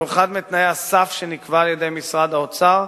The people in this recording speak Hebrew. זהו אחד מתנאי הסף שנקבע על-ידי משרד האוצר